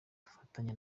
dufatanya